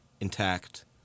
intact